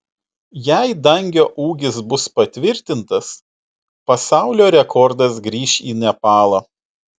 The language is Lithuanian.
jei dangio ūgis bus patvirtintas pasaulio rekordas grįš į nepalą